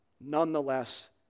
nonetheless